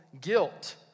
guilt